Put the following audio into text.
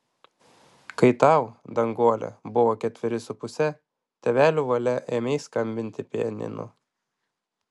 kai tau danguole buvo ketveri su puse tėvelių valia ėmei skambinti pianinu